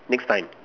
next time